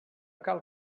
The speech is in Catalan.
cal